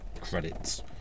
credits